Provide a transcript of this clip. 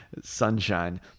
sunshine